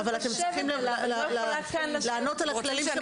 אבל אתם צריכים לענות על הכללים.